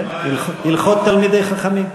כן, הלכות תלמידי חכמים.